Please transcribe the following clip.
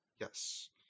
Yes